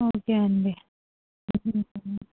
okay అండి